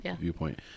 viewpoint